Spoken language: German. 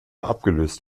abgelöst